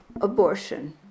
abortion